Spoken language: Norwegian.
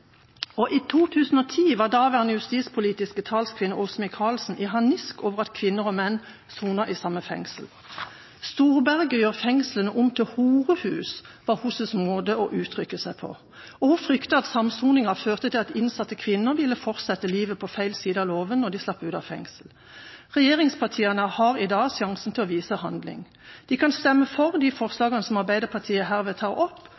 I 2010 var daværende justispolitiske talskvinne Åse Michaelsen i harnisk over at kvinner og menn sonet i samme fengsel: «Storberget gjør fengslet til et horehus», var hennes måte å uttrykke seg på, og hun fryktet at samsoninga førte til at innsatte kvinner ville fortsette livet på feil side av loven når de slapp ut av fengsel. Regjeringspartiene har i dag sjansen til å vise handling. De kan stemme for de forslagene som Arbeiderpartiet herved tar opp,